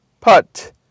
Put